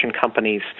companies